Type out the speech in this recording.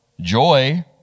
joy